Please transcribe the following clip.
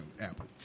Apple